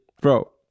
Bro